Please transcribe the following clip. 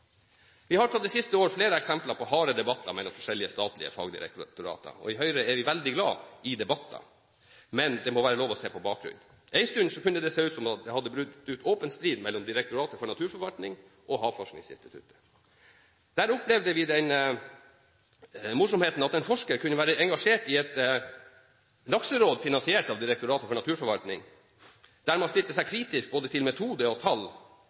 Vi har fra de siste årene flere eksempler på harde debatter mellom forskjellige statlige fagdirektorater. I Høyre er vi veldig glad i debatter, men det må være lov til å se på bakgrunnen. En stund kunne det se ut som om det hadde brutt ut åpen strid mellom Direktoratet for naturforvaltning og Havforskningsinstituttet. Der opplevde vi den morsomheten at en forsker kunne være engasjert i et lakseråd, finansiert av Direktoratet for naturforvaltning, der man stilte seg kritisk både til metode og tall